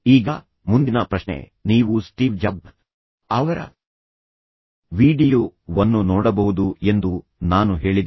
ಈಗ ಮುಂದಿನ ಪ್ರಶ್ನೆ ನೀವು ಸ್ಟೀವ್ ಜಾಬ್ Steve Job's ಅವರ ವೀಡಿಯೊ ವನ್ನು ನೋಡಬಹುದು ಎಂದು ನಾನು ಹೇಳಿದೆ